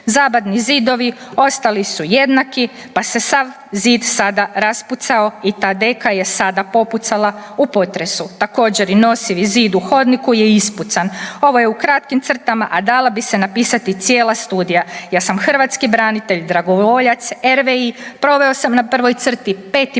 Zabatni zidovi ostali su jednaki, pa se sav zid sada raspucao i ta deka je sada popucala u potresu. Također i nosivi zid u hodniku je ispucan. Ovo je u kratkim crtama, a dalo bi se napisati cijela studija. Ja sam hrvatski branitelj, dragovoljac, RVI, proveo sam na prvoj crti 5,5.g.,